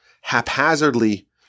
haphazardly